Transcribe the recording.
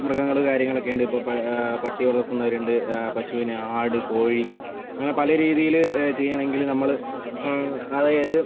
മൃഗങ്ങൾ കാര്യങ്ങ ൾ ഒക്കെ ഉണ്ട് ഇപ്പോൾ പട്ടി വളർത്തുന്നവരുണ്ട് പശുവിനെ ആട് കോഴി അങ്ങനെ പല രീതിയിൽ ചെയ്യണമെങ്കിൽ നമ്മൾ അതായത്